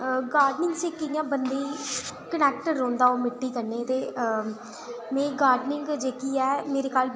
gardening कि'यां बंदे ई कनैक्ट रौंह्दाओह् मिट्टी कन्नै ते में गार्डनिंग जेह्की ऐ